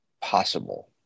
possible